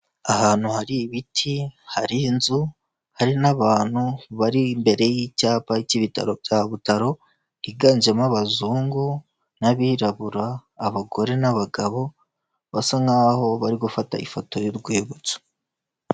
Ahantu hari ibiti, hari inzu, hari n'abantu bari imbere y'icyapa cy'ibitaro bya Butaro, higanjemo abazungu n'abirabura, abagore n'abagabo, basa nk'aho bari gufata ifoto y'urwibutso.